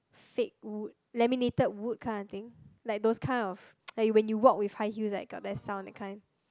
fake wood laminated wood kind of thing like those kind of like when you walk with high heels like got less sound that kind